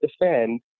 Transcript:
defend